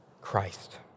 Christ